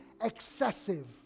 excessive